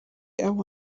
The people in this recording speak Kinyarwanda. abo